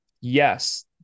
yes